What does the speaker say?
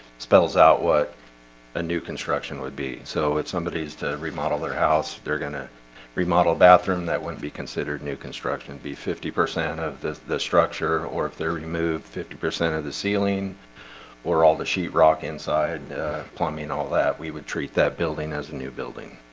spells out what a new construction would be so it's somebody's to remodel their house. they're gonna remodel bathroom that wouldn't be considered new construction and the fifty percent of the structure or if they're removed fifty percent of the ceiling or all the sheetrock sheetrock inside plumbing all that we would treat that building as a new building